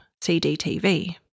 CDTV